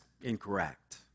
incorrect